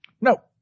No